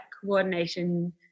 coordination